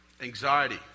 anxiety